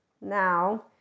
now